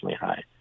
high